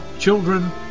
Children